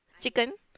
chicken